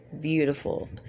beautiful